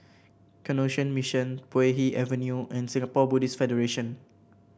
Canossian Mission Puay Hee Avenue and Singapore Buddhist Federation